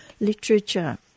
literature